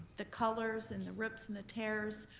the colors and the rips and the tears.